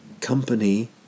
company